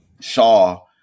Shaw